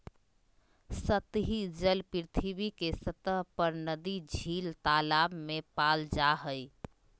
सतही जल पृथ्वी के सतह पर नदी, झील, तालाब में पाल जा हइ